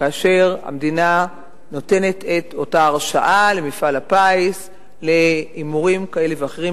כאשר המדינה נותנת את אותה הרשאה למפעל הפיס להימורים כאלה ואחרים,